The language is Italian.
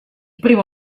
primo